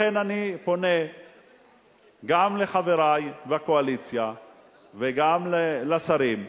לכן אני פונה גם לחברי בקואליציה וגם לשרים,